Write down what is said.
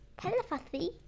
Telepathy